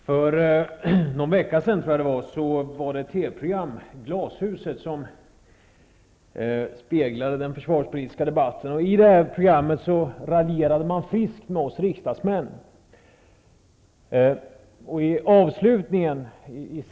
Herr talman! För någon vecka sen speglades den försvarspolitiska debatten i TV-programmet Glashuset. I programmet raljerade man friskt med oss riksdagsledamöter.